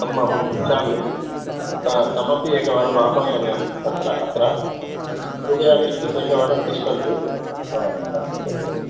तं अहं पृच्छामि तमपि एकवारम् आह्वयामि तत्र अत्र कृपया किञ्चित् एकवारं तिष्ठन्तु ह अस्तु धन्यवादः